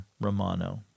Romano